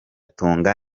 tunga